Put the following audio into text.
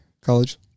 college